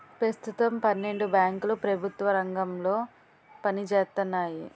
పెస్తుతం పన్నెండు బేంకులు ప్రెభుత్వ రంగంలో పనిజేత్తన్నాయి